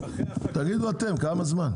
תגידו אתם כמה זמן.